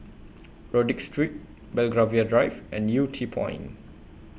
Rodyk Street Belgravia Drive and Yew Tee Point